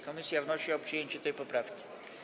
Komisja wnosi o przyjęcie tej poprawki.